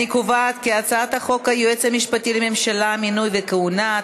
אני קובעת כי הצעת החוק היועץ המשפטי לממשלה (מינוי וכהונה),